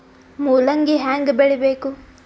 ಮೂಲಂಗಿ ಹ್ಯಾಂಗ ಬೆಳಿಬೇಕು?